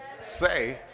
Say